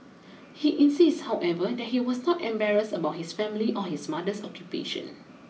he insists however that he was not embarrassed about his family or his mother's occupation